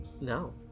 No